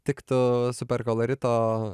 tiktų super kolorito